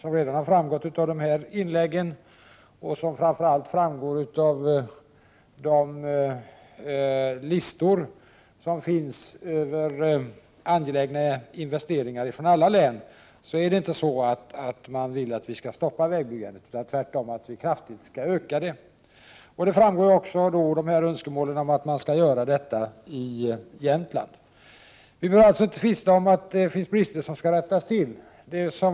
Som dock redan har framgått av inläggen här och framför allt av listorna över angelägna investeringar i alla län, ställs det inte krav på att vägbyggandet skall stoppas utan tvärtom krav på att det skall öka kraftigt. Det framgår av önskemålen att detta också skall ske i Jämtland. Vi behöver alltså inte tvista om att det finns brister som skall rättas till.